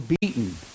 beaten